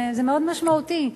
זה מאוד משמעותי.